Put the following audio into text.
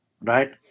right